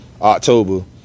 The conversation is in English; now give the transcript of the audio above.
october